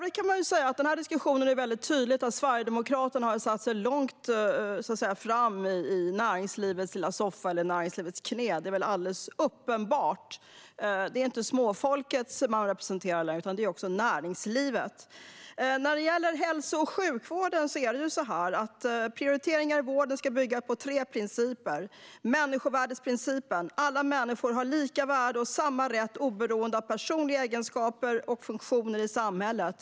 I den här diskussionen är det väldigt tydligt att Sverigedemokraterna har satt sig i näringslivets knä; det är alldeles uppenbart. Man representerar inte bara småfolket längre, utan man representerar också näringslivet. När det gäller hälso och sjukvården ska prioriteringar i vården bygga på tre principer. Enligt människovärdesprincipen har alla människor lika värde och samma rätt oberoende av personliga egenskaper och funktioner i samhället.